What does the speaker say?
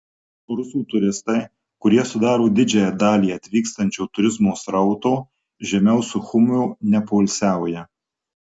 rusų turistai kurie sudaro didžiąją dalį atvykstančio turizmo srauto žemiau suchumio nepoilsiauja